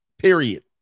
period